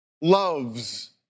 loves